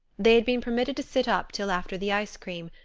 they had been permitted to sit up till after the ice-cream,